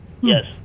Yes